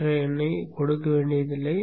எனவே எண்ணைக் கொடுக்க வேண்டியதில்லை